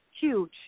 huge